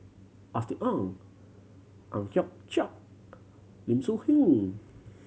Austen Ong Ang Hiong Chiok Lim Soo Ngee